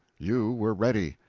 you were ready.